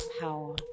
power